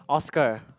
Oscar